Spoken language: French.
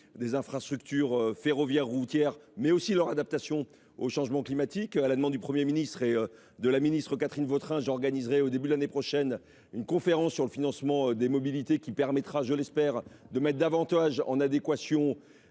des infrastructures ferroviaires et routières, mais aussi de leur adaptation au changement climatique. À la demande du Premier ministre et de la ministre Catherine Vautrin, j’organiserai, au début de l’année prochaine, une conférence sur le financement des mobilités. Celle ci permettra, je l’espère, de mettre davantage en adéquation